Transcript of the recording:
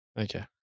Okay